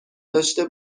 داشته